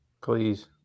please